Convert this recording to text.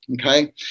Okay